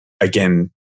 again